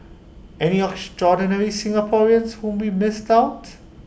any extraordinary Singaporeans whom we missed out